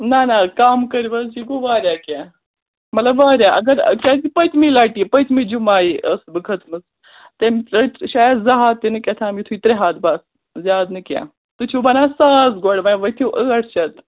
نہَ نہَ کَم کٔرِو حظ یہِ گوٚو واریاہ کیٚنٛہہ مطلب واریاہ اگر کیٛازِ کہِ پٔتمہِ لَٹہِ پٔتمہِ جُمعہ یی ٲسٕس بہٕ کھٔژمٕژ تٔمۍ ژٔٹۍ شاید زٕ ہَتھ تہِ نہٕ کیٛاہتام یُتھُے ترٛےٚ ہَتھ بَس زیادٕ نہٕ کیٚنٛہہ تُہۍ چھُو وَنان ساس گۄڈٕ وۅنۍ ؤتھِو ٲٹھ شَتھ